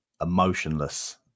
emotionless